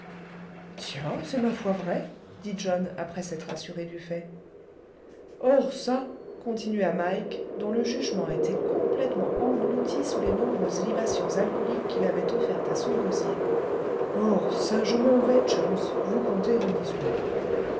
tiens c'est ma foi vrai dit john après s'être assuré du fait or ça continua mike dont le jugement était complètement englouti sous les nombreuses libations alcooliques qu'il avait offertes à son gosier or ça je m'en vais chums vous conter une histoire